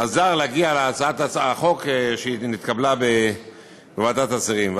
עזר להגיע להצעת החוק שנתקבלה בוועדת השרים.